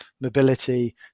mobility